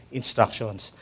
instructions